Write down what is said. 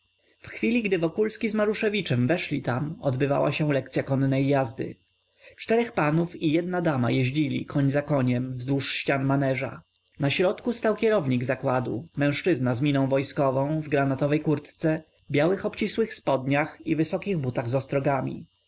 w chwili gdy wokulski z maruszewiczem weszli tam odbywała się lekcya konnej jazdy czterech panów i jedna dama jeździli koń za koniem wdłużwzdłuż ścian maneża na środku stał dyrektor zakładu mężczyzna z miną wojskową w granatowej kurtce białych obcisłych spodniach i wysokich butach z ostrogami